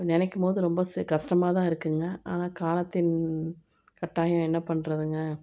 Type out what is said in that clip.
நினைக்கும்போது ரொம்ப கஷ்டமாகதான் இருக்குங்க ஆனால் காலத்தின் கட்டாயம் என்ன பண்ணுறதுங்க